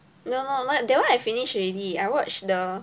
no not that one I finish already I watched the